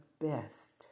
best